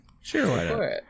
Sure